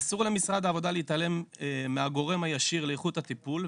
אסור למשרד העבודה להתעלם מהגורם הישיר לאיכות הטיפול,